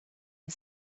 and